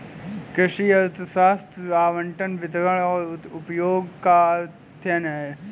कृषि अर्थशास्त्र आवंटन, वितरण और उपयोग का अध्ययन है